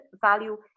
value